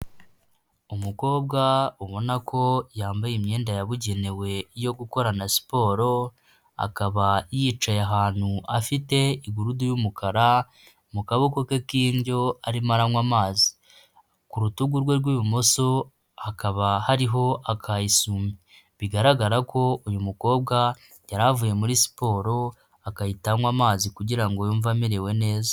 Umukobwa ubona ko yambaye imyenda yabugenewe yo gukorana siporo, akaba yicaye ahantu afite igurudu y'umukara mu kaboko ke k'indyo arimo aranywa amazi, ku rutugu rwe rw'ibumoso hakaba hariho aka esume, bigaragara ko uyu mukobwa yari avuye muri siporo agahita anywa amazi kugira ngo yumve amerewe neza.